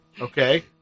Okay